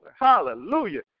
Hallelujah